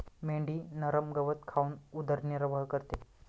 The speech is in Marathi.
मेंढी नरम गवत खाऊन उदरनिर्वाह करते